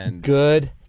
Good